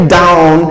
down